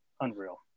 Unreal